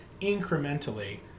incrementally